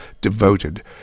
devoted